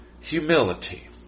humility